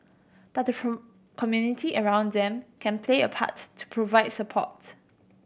but the community around them can play a part to provide support